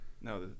No